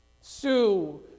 Sue